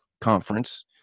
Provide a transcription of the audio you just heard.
conference